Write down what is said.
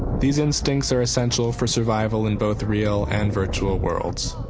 these instincts are essential for survival in both real and virtual worlds.